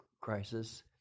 crisis